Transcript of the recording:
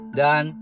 dan